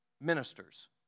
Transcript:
ministers